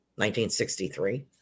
1963